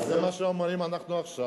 אז זה מה שאומרים אנחנו עכשיו,